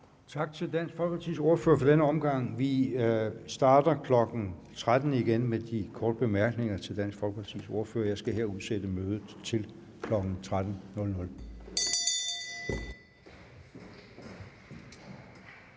Tak til Dansk Folkepartis ordfører for denne omgang. Vi starter igen kl. 13.00 med de korte bemærkninger til Dansk Folkepartis ordfører. Jeg skal her udsætte mødet til kl. 13.00.